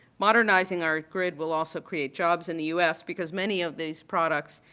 modernizing our grid will also create jobs in the u s. because many of these products,